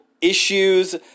issues